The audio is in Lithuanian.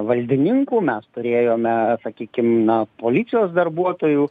valdininkų mes turėjome sakykim na policijos darbuotojų